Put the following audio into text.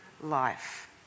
life